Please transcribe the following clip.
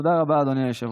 תודה רבה, אדוני היושב-ראש.